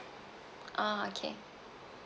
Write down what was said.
ah okay